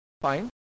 fine